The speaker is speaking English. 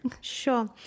Sure